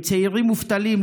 עם צעירים מובטלים,